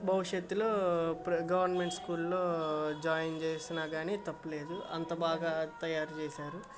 భవిష్యత్తులో గవర్నమెంట్ స్కూల్లో జాయిన్ చేసినా గాని తప్పులేదు అంత బాగా తయారు చేశారు